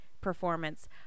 performance